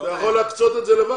אתה יכול להקצות את זה לבד.